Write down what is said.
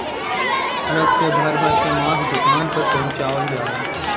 truck से भर भर के मांस दुकान पर पहुंचवाल जाला